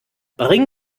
bring